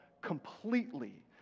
completely